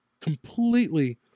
completely